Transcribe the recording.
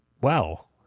wow